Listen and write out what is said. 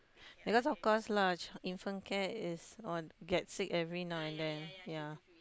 because of course lah infant care is on get sick every now and then